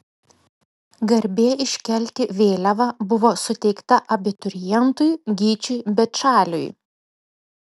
garbė iškelti vėliavą buvo suteikta abiturientui gyčiui bečaliui